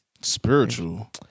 Spiritual